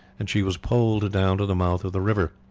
and she was poled down to the mouth of the river.